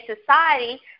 society